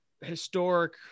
historic